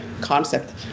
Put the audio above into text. concept